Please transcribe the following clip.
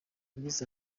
yagize